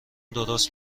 درست